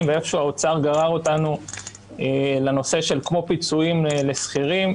ואיך שהוא האוצר גרר אותנו לנושא של כמו פיצויים לשכירים,